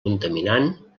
contaminant